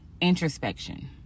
introspection